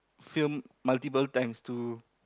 film multiple times to